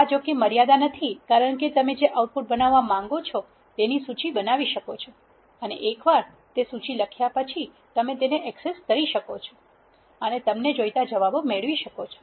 આ જોકે મર્યાદા નથી કારણ કે તમે જે આઉટપુટ બનાવવા માંગો છો તેની સૂચિ બનાવી શકો છો અને એકવાર સૂચિ લખ્યા પછી તમે તેને એક્સેસ કરી શકો છો અને તમને જોઈતા જવાબો મેળવી શકો છો